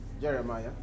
Jeremiah